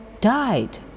died